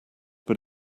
but